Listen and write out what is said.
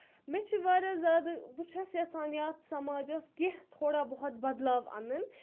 مےٚ چھِ واریاہ زیادٕ بہٕ چھَس یَژھان یَتھ سَماجَس کینٛہہ تھوڑا بہت بَدلاو اَنُن